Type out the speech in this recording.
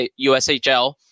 USHL